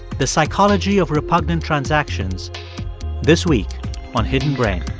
the psychology of repugnant transactions this week on hidden brain